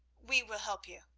we will help you,